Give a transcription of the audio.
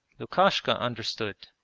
lukashka understood.